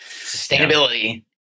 sustainability